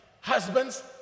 husbands